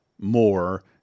more